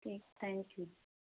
ਜੀ thank you